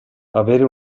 avere